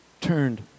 turned